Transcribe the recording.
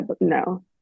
No